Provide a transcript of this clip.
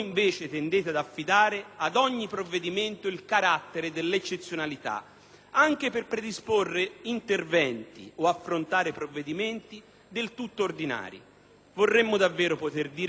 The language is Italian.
anche per predisporre interventi o affrontare provvedimenti del tutto ordinari. Vorremmo davvero poter dire di vivere in un Paese normale, dove il Governo si possa far carico dei problemi della collettività